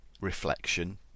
reflection